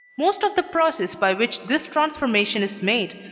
most of the process by which this transformation is made,